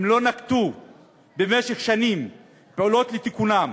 הם לא נקטו במשך שנים פעולות לתיקונם,